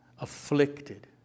afflicted